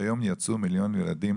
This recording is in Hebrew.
היום יצאו מיליון ילדים